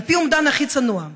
על פי האומדן הכי צנוע,